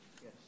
Yes